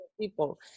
people